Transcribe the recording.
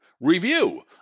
review